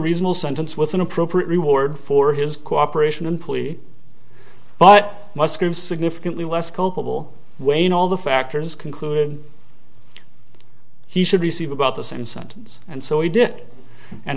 reasonable sentence with an appropriate reward for his cooperation and plea but musgrave significantly less culpable wayne all the factors concluded he should receive about the same sentence and so he did and